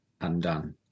undone